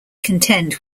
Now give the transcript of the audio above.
contend